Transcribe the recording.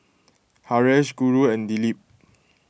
Haresh Guru and Dilip